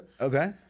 Okay